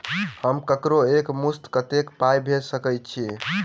हम ककरो एक मुस्त कत्तेक पाई भेजि सकय छी?